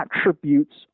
attributes